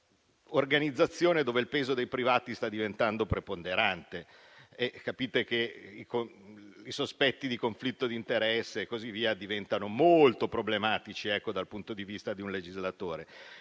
un'organizzazione in cui il peso dei privati sta diventando preponderante. Capite che i sospetti di conflitto d'interesse e quant'altro diventino molto problematici dal punto di vista di un legislatore.